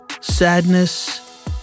sadness